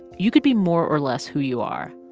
you could be more or less who you are,